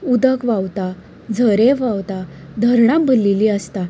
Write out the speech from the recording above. उदक व्हांवता झरे व्हांवता धरणां भरलेली आसता